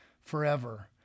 Forever